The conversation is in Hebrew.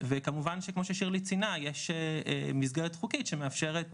וכמובן כמו ששירלי ציינה, יש מסגרת חוקית שמאפשרת